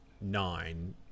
nine